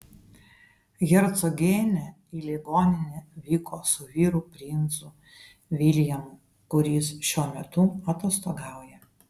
hercogienė į ligoninę vyko su vyru princu viljamu kuris šiuo metu atostogauja